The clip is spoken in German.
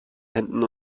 händen